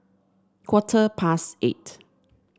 quarter past eight